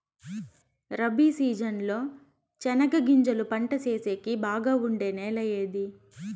Rabi season లో చెనగగింజలు పంట సేసేకి బాగా ఉండే నెల ఏది?